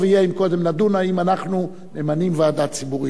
טוב יהיה אם קודם נדון אם אנחנו ממנים ועדה ציבורית.